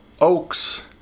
oaks